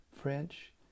French